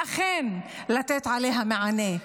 ואכן לתת עליה מענה.